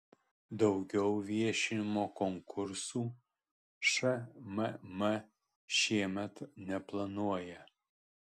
daugiau viešinimo konkursų šmm šiemet neplanuoja